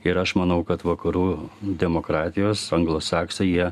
ir aš manau kad vakarų demokratijos anglosaksai jie